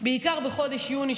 בעיקר בחודש יוני,